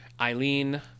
Eileen